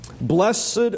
Blessed